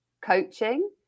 coaching